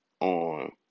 on